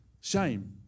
Shame